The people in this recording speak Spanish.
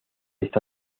está